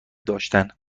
داشتن